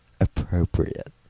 appropriate